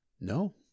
No